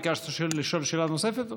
ביקשת לשאול שאלה נוספת?